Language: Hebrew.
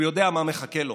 הוא יודע מה מחכה לו.